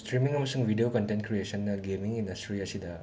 streaming ꯑꯃꯁꯨꯡ video content ꯀ꯭ꯔꯤꯌꯦꯁꯟꯅ gaming industry ꯑꯁꯤꯗ